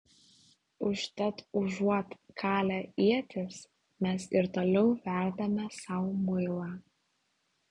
užtat užuot kalę ietis mes ir toliau verdame sau muilą